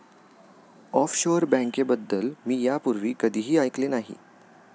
offshore बँकेबद्दल मी यापूर्वी कधीही ऐकले नाही